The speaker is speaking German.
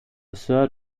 sir